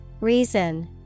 Reason